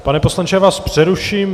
Pane poslanče, já vás přeruším.